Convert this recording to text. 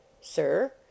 Sir